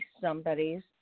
somebody's